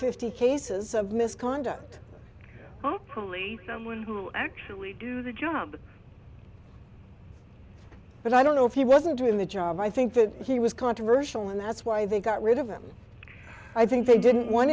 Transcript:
fifty cases of misconduct probably someone who will actually do the job but i don't know if he wasn't doing the job i think that he was controversial and that's why they got rid of him i think they didn't want